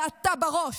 ואתה בראש,